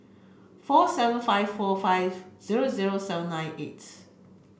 four seven five four five zero zero seven nine eights